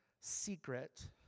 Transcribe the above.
secret